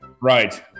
Right